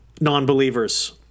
non-believers